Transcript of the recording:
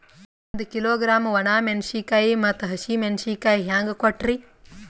ಒಂದ ಕಿಲೋಗ್ರಾಂ, ಒಣ ಮೇಣಶೀಕಾಯಿ ಮತ್ತ ಹಸಿ ಮೇಣಶೀಕಾಯಿ ಹೆಂಗ ಕೊಟ್ರಿ?